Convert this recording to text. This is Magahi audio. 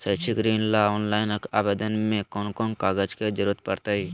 शैक्षिक ऋण ला ऑनलाइन आवेदन में कौन कौन कागज के ज़रूरत पड़तई?